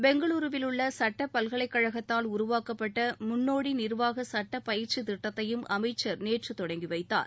பெங்களருவிலுள்ள சுட்ட பல்கலைக்கழகத்தால் உருவாக்கப்பட்ட முன்னோடி நிர்வாக சுட்ட பயிற்சி திட்டத்தையும் அமைச்சர் நேற்று தொடங்கி வைத்தார்